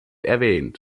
erwähnt